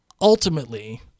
ultimately